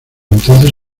entonces